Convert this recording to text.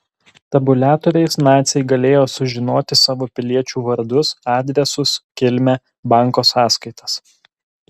tabuliatoriais naciai galėjo sužinoti savo piliečių vardus adresus kilmę banko sąskaitas